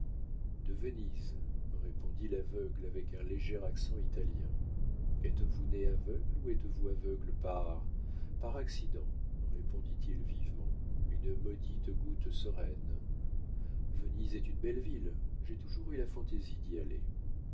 de venise répondit l'aveugle avec un léger accent italien êtes-vous né aveugle ou êtes-vous aveugle par par accident répondit-il vivement une maudite goutte sereine venise est une belle ville j'ai toujours eu la fantaisie d'y aller